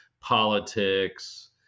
politics